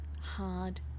hard